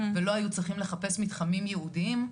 ולא היו צריכים לחפש מתחמים ייעודיים,